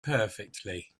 perfectly